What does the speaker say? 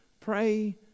pray